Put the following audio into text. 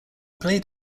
played